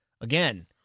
again